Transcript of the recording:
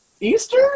Easter